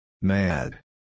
Mad